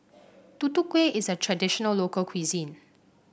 Tutu Kueh is a traditional local cuisine